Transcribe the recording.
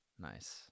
Nice